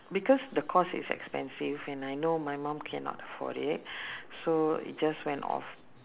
because the cost is expensive and I know my mum cannot afford it so it just went off